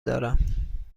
دارم